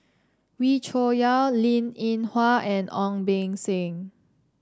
Wee Cho Yaw Linn In Hua and Ong Beng Seng